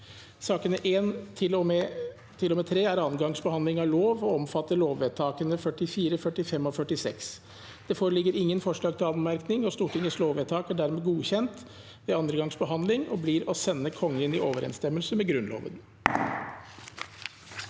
Sakene nr. 1–3 er andre gangs behand- ling av lover og omfatter lovvedtakene 44, 45 og 46. Det foreligger ingen forslag til anmerkning. Stortingets lovvedtak er dermed godkjent ved andre gangs behandling og blir å sende Kongen i overensstemmelse med Grunnloven.